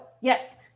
Yes